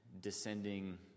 Descending